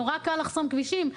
נורא קל לחסום כבישים,